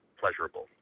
pleasurable